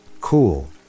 Cool